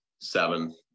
seven